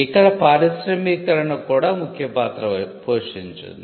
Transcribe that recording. ఇక్కడ పారిశ్రమీకరణ కూడా ముఖ్య పాత్ర పోషించింది